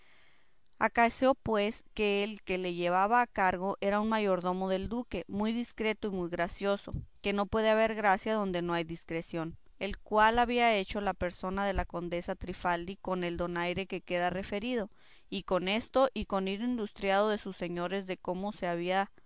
acaeció pues que el que le llevaba a cargo era un mayordomo del duque muy discreto y muy gracioso que no puede haber gracia donde no hay discreción el cual había hecho la persona de la condesa trifaldi con el donaire que queda referido y con esto y con ir industriado de sus señores de cómo se había